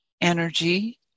energy